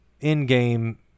in-game